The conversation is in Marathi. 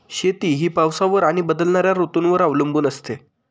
शेती ही पावसावर आणि बदलणाऱ्या ऋतूंवर अवलंबून असते